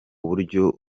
buryo